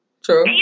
True